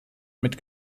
mit